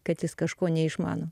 kad jis kažko neišmano